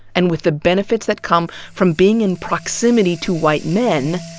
and with the benefits that come from being in proximity to white men,